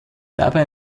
dabei